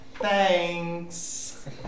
Thanks